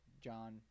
John